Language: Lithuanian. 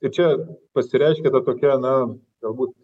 ir čia pasireiškia ta tokia na galbūt